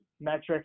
metrics